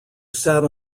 sat